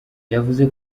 yavuze